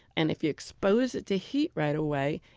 and if you expose it to heat right away,